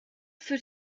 für